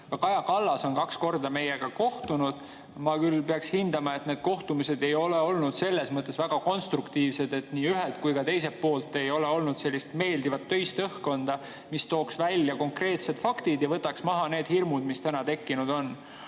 Kaja Kallas on kaks korda meiega kohtunud. Ma küll hindan, et need kohtumised ei ole olnud selles mõttes väga konstruktiivsed, et nii ühelt kui ka teiselt poolt ei ole olnud meeldivat töist õhkkonda, mis tooks välja konkreetsed faktid ja võtaks maha hirmud, mis praeguseks tekkinud on. Aga